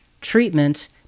treatment